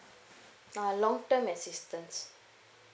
uh long term assistance